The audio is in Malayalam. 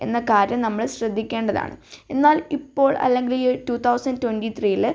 എന്ന കാര്യം നമ്മൾ ശ്രദ്ധിക്കേണ്ടതാണ് എന്നാൽ ഇപ്പോൾ അല്ലെങ്കിൽ ഈ ടു തൗസൻറ് ട്വൻറി ത്രീയിൽ